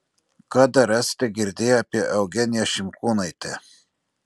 ką dar esate girdėję apie eugeniją šimkūnaitę